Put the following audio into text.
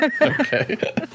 Okay